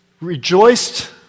rejoiced